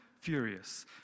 furious